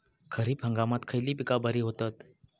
खरीप हंगामात खयली पीका बरी होतत?